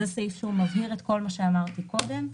זה סעיף שמבהיר את כל מה שאמרתי קודם,